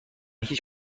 هیچ